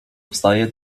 wstaje